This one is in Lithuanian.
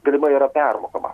galimai yra permokama